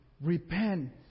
Repent